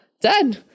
done